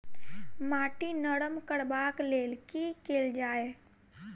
माटि नरम करबाक लेल की केल जाय?